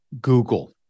Google